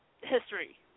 History